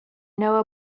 know